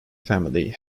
family